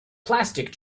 plastic